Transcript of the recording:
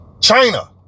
China